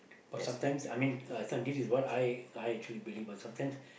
but sometimes I mean I thought this is what I I truly believe ah sometimes